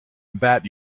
that